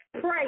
Pray